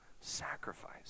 sacrifice